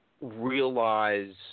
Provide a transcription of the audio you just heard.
realize